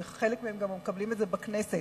וחלק מהם גם מקבלים את זה בכנסת,